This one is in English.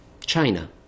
China